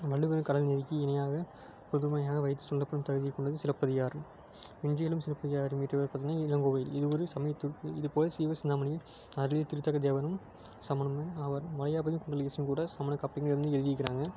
வள்ளுவரின் கடல்நீதிக்கு இணையாக புதுமையாக வைத்து சொல்லப்படும் தகுதியைக் கொண்டது சிலப்பதிகாரம் நெஞ்சை அள்ளும் சிலப்பதிகாரம் இயற்றியவர் பார்த்தீங்கன்னா இளங்கோவடிகள் இருவரும் சமயத் தொகுப்பு இது போல சீவகசிந்தாமணியும் அதுவே திருத்தக்கத்தேவரும் சமணமே ஆவார் வளையாபதியும் குண்டலகேசியும் கூட சமண காப்பியங்கள் வந்து எழுதிருக்கறாங்க